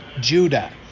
Judah